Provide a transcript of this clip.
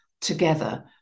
together